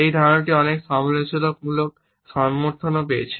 এই ধারণাটি অনেক সমালোচনামূলক সমর্থনও পেয়েছে